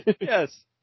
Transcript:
Yes